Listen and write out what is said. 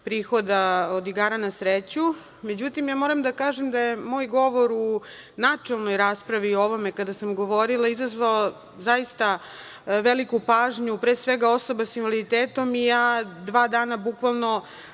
prihoda od igara na sreću.Međutim, moram da kažem da je moj govor u načelnoj raspravi o ovome kada sam govorila izazvao zaista veliku pažnju, pre svega osoba sa invaliditetom, i ja dva dana bukvalno